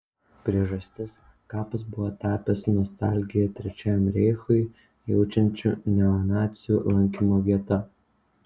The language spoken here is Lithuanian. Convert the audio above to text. priežastis kapas buvo tapęs nostalgiją trečiajam reichui jaučiančių neonacių lankymo vieta